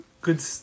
good